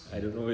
mm